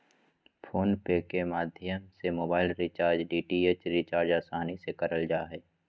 phone पे के माध्यम से मोबाइल रिचार्ज, डी.टी.एच रिचार्ज आसानी से करल जा हय